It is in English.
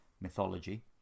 mythology